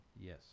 Yes